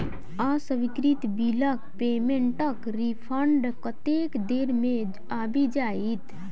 अस्वीकृत बिलक पेमेन्टक रिफन्ड कतेक देर मे आबि जाइत?